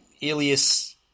Ilias